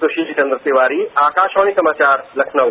सुशील चंद्र तिवारी आकशवाणी समाचार लखनऊ